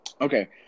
Okay